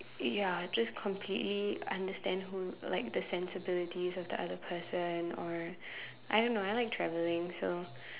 ya just completely understand who like the sensibilities of the other person or I don't know I like traveling so